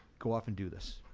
go off and do this,